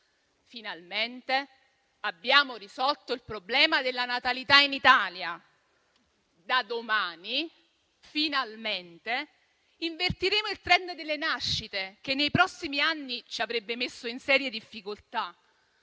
Finalmente abbiamo risolto il problema della natalità in Italia. Da domani, finalmente invertiremo il *trend* delle nascite che nei prossimi anni ci avrebbe messo in serie difficoltà.